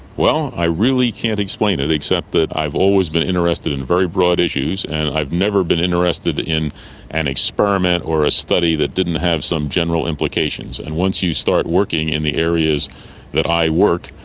well, i really can't explain it, except that i've always been interested in very broad issues, and i've never been interested in an experiment or a study that didn't have some general implications. and once you start working in the areas that i work,